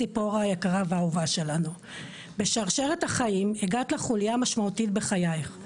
ציפורה היקרה והאהובה שלנו בשרשרת החיים הגעת לחוליה המשמעותית בחיים,